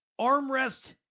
armrest